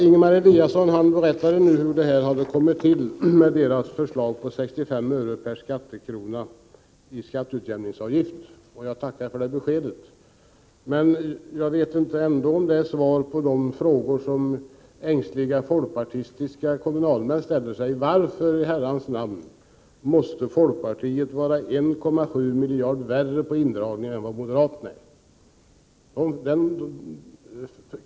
Ingemar Eliasson berättade nu hur folkpartiets förslag om 65 öre per skattekrona i skatteutjämningsavgift hade kommit till, och jag tackar för det beskedet. Men jag vet ändå inte om det utgör svar på den fråga som ängsliga folkpartistiska kommunalmän ställer sig: Varför i Herrans namn måste folkpartiet vara 1,7 miljarder värre i fråga om indragningar än vad moderaterna är?